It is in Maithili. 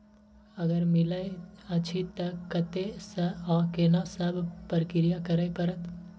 अगर मिलय अछि त कत्ते स आ केना सब प्रक्रिया करय परत?